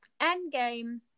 Endgame